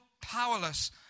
powerless